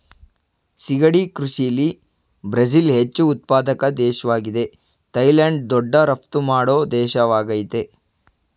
ಸಿಗಡಿ ಕೃಷಿಲಿ ಬ್ರಝಿಲ್ ಹೆಚ್ಚು ಉತ್ಪಾದಕ ದೇಶ್ವಾಗಿದೆ ಥೈಲ್ಯಾಂಡ್ ದೊಡ್ಡ ರಫ್ತು ಮಾಡೋ ದೇಶವಾಗಯ್ತೆ